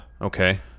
Okay